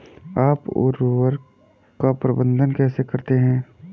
आप उर्वरक का प्रबंधन कैसे करते हैं?